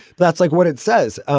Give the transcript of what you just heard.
that's like what it says.